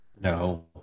No